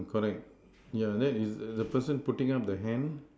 correct yeah that is the person putting up the hand